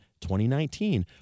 2019